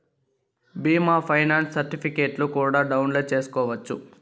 బీమా ఫైనాన్స్ సర్టిఫికెట్లు కూడా డౌన్లోడ్ చేసుకోవచ్చు